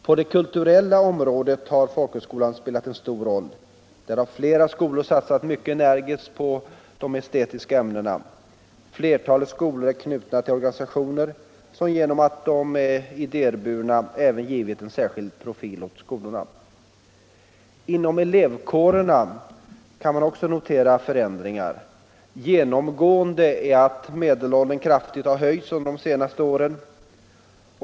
På det kulturella området har folkhögskolan spelat en stor roll. Där har flera skolor satsat mycket energiskt på bl.a. estetiska ämnen. Flertalet skolor är knutna till organisationer som genom att de är idéburna även givit en särkild profil åt skolorna. Inom elevkårerna har också förändringar ägt rum. Genomgående är att medelåldern kraftigt har höjts under de senaste åren.